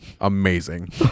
amazing